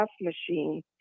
machine